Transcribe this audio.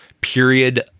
period